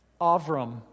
Avram